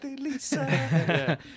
Lisa